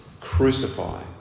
Crucify